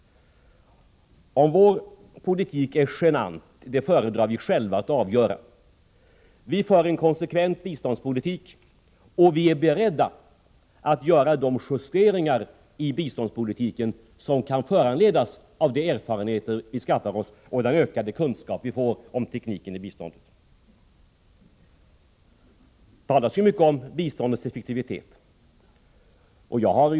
Vi föredrar att själva avgöra om vår politik är genant. Vi för en konsekvent biståndspolitik, och vi är beredda att göra de justeringar i biståndspolitiken som kan föranledas av de erfarenheter som vi skaffar oss och den ökade kunskap vi får om tekniken när det gäller biståndet. Det talas ju mycket om biståndets effektivitet.